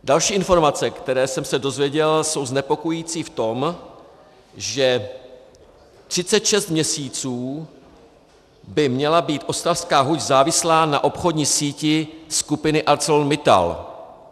Další informace, které jsem se dozvěděl, jsou znepokojující v tom, že 36 měsíců by měla být ostravská huť závislá na obchodní síti skupiny ArcelorMittal.